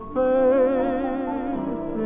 face